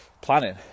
planning